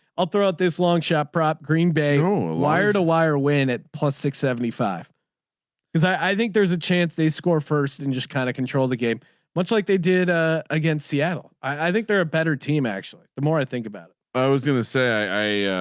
i'll throw out this long shot prop. green bay. ah wire to wire win at plus six seventy five because i think there's a chance they score first and just kind of control the game much like they did ah against seattle. i think they're a better team actually. the more i think about it i was going to say i